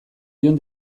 jon